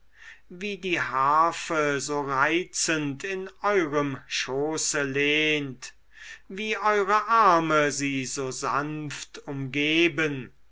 wie die harfe so reizend in eurem schoße lehnt wie eure arme sie so sanft umgeben